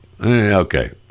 Okay